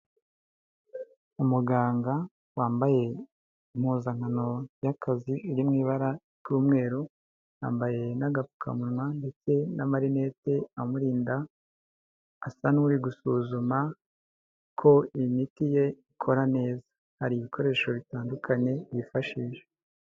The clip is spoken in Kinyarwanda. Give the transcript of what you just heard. Umuganga wambaye impuzankano y'akazi iri mu ibara ry'umweru yambaye n'agapfukamunwa ndetse n'amarinete amurinda asa nk'uri gusuzuma ko imiti ye ikora neza, hari ibikoresho bitandukanye bifashisha.